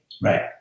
Right